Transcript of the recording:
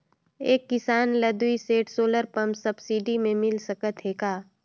एक किसान ल दुई सेट सोलर पम्प सब्सिडी मे मिल सकत हे का?